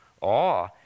awe